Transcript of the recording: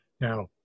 Now